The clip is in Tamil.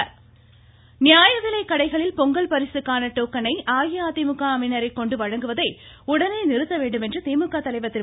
ஸ்டாலின் நியாய விலைக்கடைகளில் பொங்கல் பரிசுக்கான டோக்கனை அஇஅதிமுகவினரை கொண்டு வழங்குவதை உடனே நிறுத்தவேண்டுமென்று திமுக தலைவர் திரு